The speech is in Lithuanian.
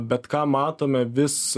bet ką matome vis